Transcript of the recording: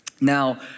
Now